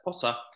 Potter